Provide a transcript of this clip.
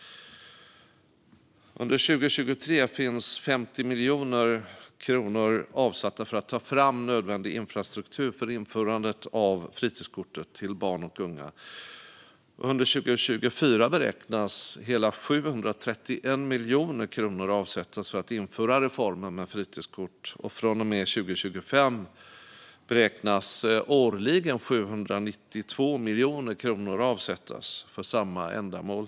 Under 2023 finns 50 miljoner kronor avsatta för att ta fram nödvändig infrastruktur för införandet av ett fritidskort till barn och unga. Under 2024 beräknas hela 731 miljoner kronor avsättas för att införa reformen med fritidskort, och från och med 2025 beräknas årligen 792 miljoner kronor avsättas för samma ändamål.